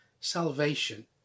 salvation